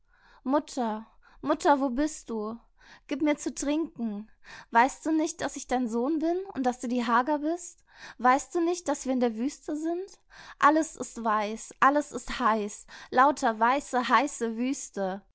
mutter mutter wo bist du gib mir zu trinken weißt du nicht daß ich dein sohn bin und daß du die hagar bist weißt du nicht daß wir in der wüste sind alles ist weiß alles ist heiß lauter weiße heiße wüste